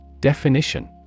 Definition